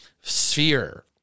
sphere